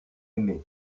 aimé